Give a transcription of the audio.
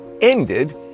ended